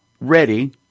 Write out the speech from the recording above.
ready